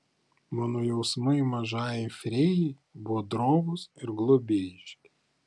mano jausmai mažajai fėjai buvo drovūs ir globėjiški